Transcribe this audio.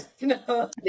No